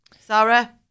Sarah